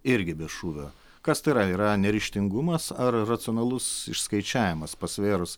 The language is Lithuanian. irgi be šūvio kas tai yra yra neryžtingumas ar racionalus išskaičiavimas pasvėrus